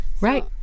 Right